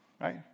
Right